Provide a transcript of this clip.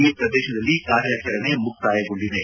ಈ ಪ್ರದೇಶದಲ್ಲಿ ಕಾರ್ಯಾಚರಣೆ ಮುಕ್ತಾಯಗೊಂಡಿದೆ